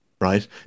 right